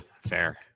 fair